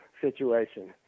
situation